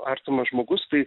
artimas žmogus tai